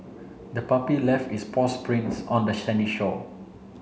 the puppy left its paws prints on the sandy shore